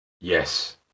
Yes